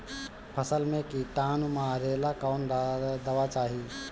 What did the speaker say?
फसल में किटानु मारेला कौन दावा चाही?